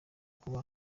kujya